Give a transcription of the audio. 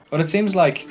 but it seems like,